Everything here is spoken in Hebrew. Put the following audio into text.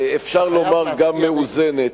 אפשר לומר גם מאוזנת,